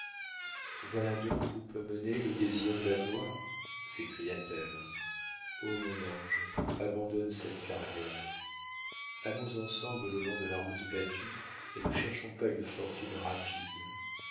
voilà donc où peut mener le désir de la gloire s'écria-t-elle o mon ange abandonne cette carrière allons ensemble le long de la route battue et ne cherchons pas une fortune rapide